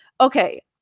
okay